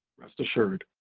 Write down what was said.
rest assured.